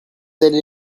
allez